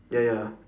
ya ya